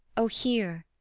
o hear!